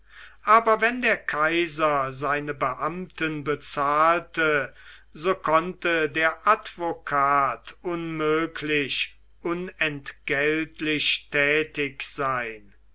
aber wenn der kaiser seine beamten bezahlte so konnte der advokat unmöglich unentgeltlich tätig sein